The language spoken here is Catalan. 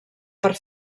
per